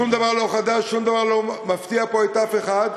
שום דבר לא חדש, שום דבר לא מפתיע פה את אף אחד.